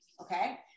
okay